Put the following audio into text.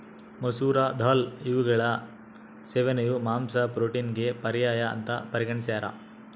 ಮಸೂರ ದಾಲ್ ಇವುಗಳ ಸೇವನೆಯು ಮಾಂಸ ಪ್ರೋಟೀನಿಗೆ ಪರ್ಯಾಯ ಅಂತ ಪರಿಗಣಿಸ್ಯಾರ